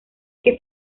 que